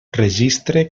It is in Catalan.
registre